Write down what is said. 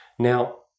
Now